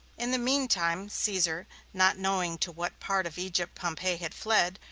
in the mean time, caesar, not knowing to what part of egypt pompey had fled,